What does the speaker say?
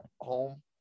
home